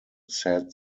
said